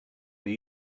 that